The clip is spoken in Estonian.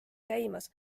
käimas